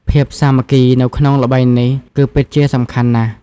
ភាពសាមគ្គីនៅក្នុងល្បែងនេះគឺពិតជាសំខាន់ណាស់។